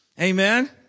Amen